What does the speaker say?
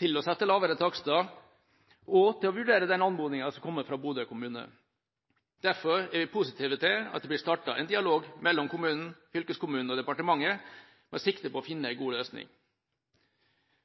til å sette lavere takster og til å vurdere den anmodningen som har kommet fra Bodø kommune. Derfor er vi positive til at det blir startet en dialog mellom kommunen, fylkeskommunen og departementet med sikte på å finne en god løsning.